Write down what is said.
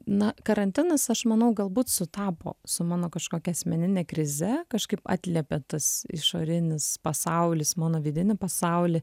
na karantinas aš manau galbūt sutapo su mano kažkokia asmenine krize kažkaip atliepė tas išorinis pasaulis mano vidinį pasaulį